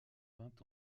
vingt